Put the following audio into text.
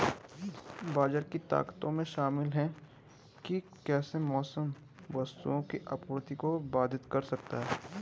बाजार की ताकतों में शामिल हैं कि कैसे मौसम वस्तुओं की आपूर्ति को बाधित कर सकता है